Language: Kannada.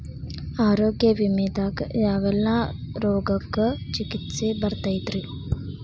ಆರೋಗ್ಯ ವಿಮೆದಾಗ ಯಾವೆಲ್ಲ ರೋಗಕ್ಕ ಚಿಕಿತ್ಸಿ ಬರ್ತೈತ್ರಿ?